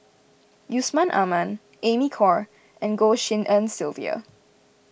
Yusman Aman Amy Khor and Goh Tshin En Sylvia